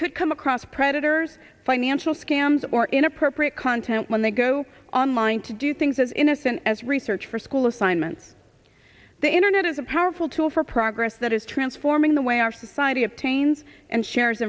could come across predators financial scams or inappropriate content when they go online to do things as innocent as research for school assignments the internet is a powerful tool for progress that is transforming the way our society obtains and shares